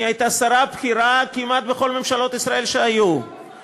הייתה שרה בכירה כמעט בכל ממשלות ישראל שהיו,